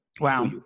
Wow